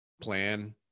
plan